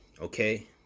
Okay